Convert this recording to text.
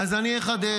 אז אני אחדד.